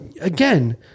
again